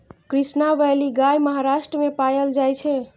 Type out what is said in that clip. Krishna valley गाय महाराष्ट्र मे पाएल जाइ छै